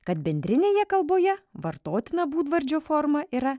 kad bendrinėje kalboje vartotina būdvardžio forma yra